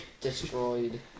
Destroyed